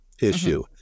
issue